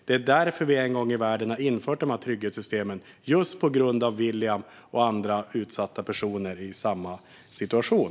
Det är därför vi en gång i världen har infört dessa trygghetssystem, just på grund av William och andra utsatta personer i samma situation.